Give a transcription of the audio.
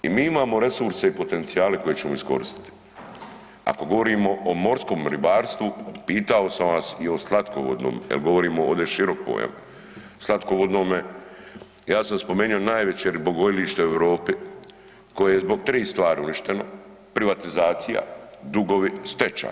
I mi imamo resurse i potencijale koje ćemo iskoristiti ako govorimo o morskom ribarstvu, pitao sam vas i o slatkovodnom jel govorimo ovdje široko jel, slatkovodnome, ja sam spomenu najveće ribogojilište u Europi koje je zbog 3 stvari uništeno, privatizacija, dugovi, stečaj.